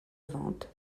ventes